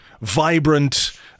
vibrant